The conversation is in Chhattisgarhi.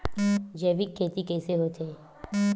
जैविक खेती कइसे होथे?